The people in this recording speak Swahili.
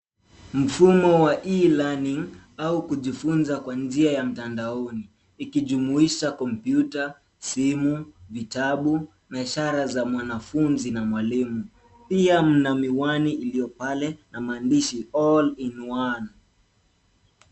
Mfumo wa e-learning au kujifunza kwa njia ya mtandaoni, ikijumuisha kompyuta, simu, vitabu na ishara za mwanafunzi na mwalimu. Pia mna miwani iliyo pale na maandishi all in one .